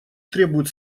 требуют